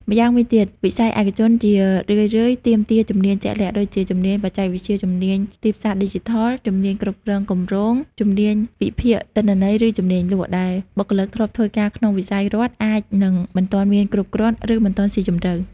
ម៉្យាងវិញទៀត វិស័យឯកជនជារឿយៗទាមទារជំនាញជាក់លាក់ ដូចជាជំនាញបច្ចេកវិទ្យាជំនាញទីផ្សារឌីជីថល ជំនាញគ្រប់គ្រងគម្រោង ជំនាញវិភាគទិន្នន័យឬជំនាញលក់ ដែលបុគ្គលិកធ្លាប់ធ្វើការក្នុងវិស័យរដ្ឋអាចនឹងមិនទាន់មានគ្រប់គ្រាន់ ឬមិនទាន់ស៊ីជម្រៅ។